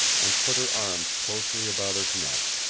and put her arms closely about his neck,